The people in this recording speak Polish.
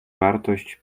wartość